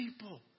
people